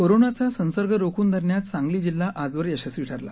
कोरोनाचा संसर्ग रोखून धरण्यात सांगली जिल्हा आजवर यशस्वी ठरला